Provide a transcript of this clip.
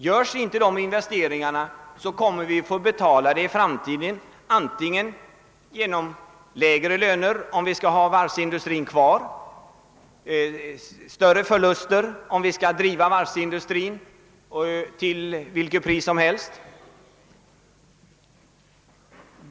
Görs inte dessa investeringar, kommer vi i framtiden att få betala för detta antingen genom lägre löner, om vi skall behålla varvsindustrin, eller genom större förluster, om vi skall driva varvsindustrin till vilket pris som helst.